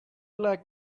like